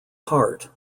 hart